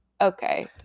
okay